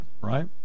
right